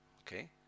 Okay